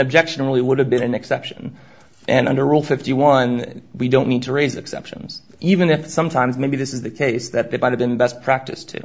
objection really would have been an exception and under all fifty one we don't need to raise exceptions even if sometimes maybe this is the case that that might have been best practice to